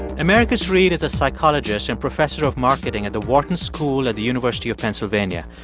americus reed is a psychologist and professor of marketing at the wharton school at the university of pennsylvania.